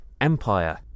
Empire